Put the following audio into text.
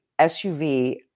SUV